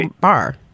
bar